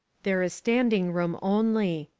there is standing room only.